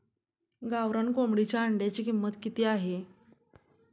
गावरान कोंबडीच्या अंड्याची किंमत किती आहे?